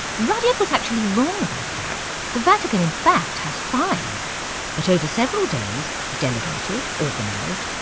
rudyard was actually wrong about that the vatican in fact has five but over several days, he delegated, organised,